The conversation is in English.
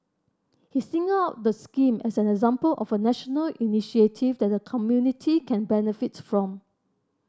he singled out the scheme as an example of a national initiative that the community can benefit from